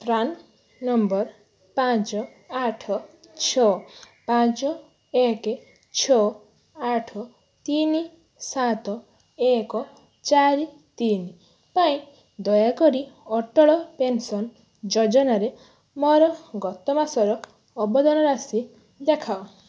PRAN number ପାଞ୍ଚ ଆଠ ଛଅ ପାଞ୍ଚ ଏକ ଛଅ ଆଠ ତିନି ସାତ ଏକ ଚାରି ତିନି ପାଇଁ ଦୟାକରି ଅଟଳ ପେନ୍ସନ୍ ଯୋଜନାରେ ମୋର ଗତ ମାସର ଅବଦାନ ରାଶି ଦେଖାଅ